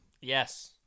Yes